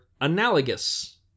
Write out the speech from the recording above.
analogous